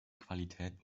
qualität